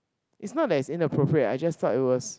is not that is inappropriate I just felt it was